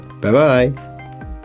Bye-bye